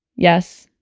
yes,